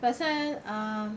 pasal err